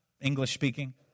English-speaking